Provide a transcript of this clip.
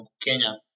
Kenya